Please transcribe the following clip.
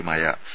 യുമായ സി